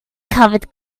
recovered